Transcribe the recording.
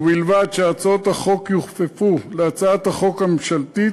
ובלבד שהצעות החוק יוכפפו להצעת החוק הממשלתית,